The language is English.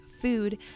food